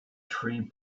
tree